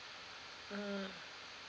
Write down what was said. mm